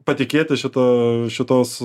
patikėti šita šitos